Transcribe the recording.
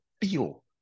feel